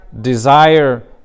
desire